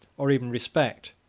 or even respect,